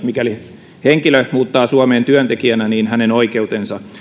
mikäli henkilö muuttaa suomeen työntekijänä niin hänen oikeutensa